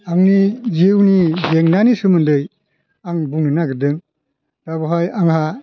आंनि जिउनि जेंनानि सोमोन्दै आं बुंनो नागिरदों दा बहाय आंहा